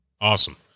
awesome